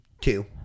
two